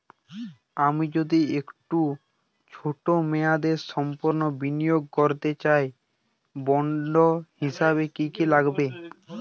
আমি যদি একটু ছোট মেয়াদসম্পন্ন বিনিয়োগ করতে চাই বন্ড হিসেবে কী কী লাগবে?